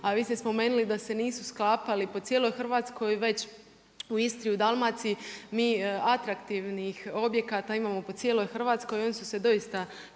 a vi ste spomenuli da se nisu sklapali po cijeloj Hrvatskoj, već u Istri i Dalmaciji, mi atraktivnih objekata imali po cijeloj Hrvatskoj i oni su se doista sklapali